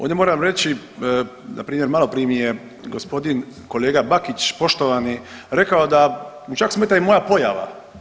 Ovdje moram reći, na primjer malo prije mi je gospodin kolega Bakić poštovani rekao da mu čak smeta i moja pojava.